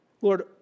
Lord